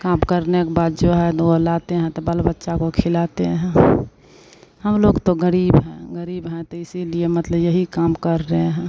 काम करने के बाद जो है दोह लाते हैं तो बाल बच्चा को खिलाते हैं हम लोग तो ग़रीब हैं ग़रीब हैं तो इसीलिए मतलब यही काम कर रहे हैं